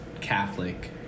Catholic